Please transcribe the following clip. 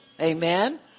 Amen